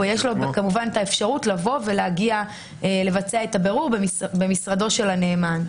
ויש לו כמובן את האפשרות לבצע את הבירור במשרדו של הנאמן.